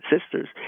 sisters